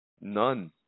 None